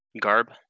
garb